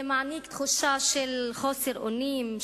זה מעניק תחושה של חוסר אונים,